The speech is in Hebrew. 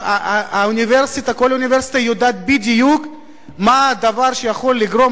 כל אוניברסיטה יודעת בדיוק מה יכול לגרום